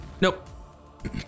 Nope